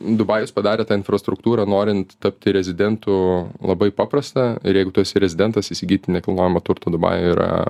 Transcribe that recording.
dubajus padarė tą infrastruktūrą norint tapti rezidentu labai paprasta ir jeigu tu esi rezidentas įsigyti nekilnojamo turto dubajuj yra